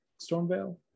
Stormvale